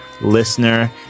Listener